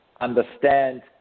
understand